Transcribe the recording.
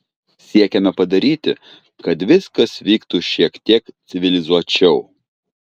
siekiame padaryti kad viskas vyktų šiek tiek civilizuočiau